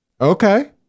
Okay